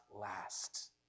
last